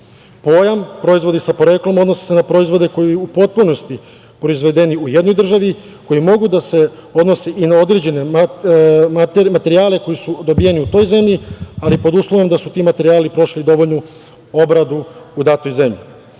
Pojam „proizvodi sa poreklom“ odnose se na proizvode koji su u potpunosti proizvedeni u jednoj državi koji mogu da se odnose i na određene materijale koji su dobijeni u toj zemlji, ali pod uslovom da su ti materijali prošli dovoljnu obradu u datoj zemlji.Tržište